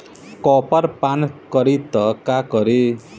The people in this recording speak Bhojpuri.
कॉपर पान करी त का करी?